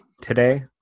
today